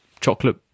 chocolate